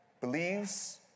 believes